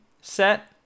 set